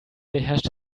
beherrscht